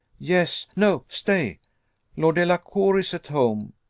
yes no stay lord delacour is at home.